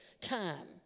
time